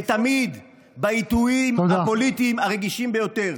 ותמיד בעיתויים הפוליטיים הרגישים ביותר.